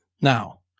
Now